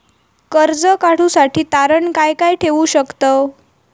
कर्ज काढूसाठी तारण काय काय ठेवू शकतव?